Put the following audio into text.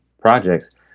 projects